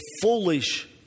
foolish